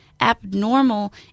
abnormal